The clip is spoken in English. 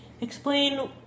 explain